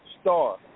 star